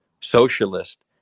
socialist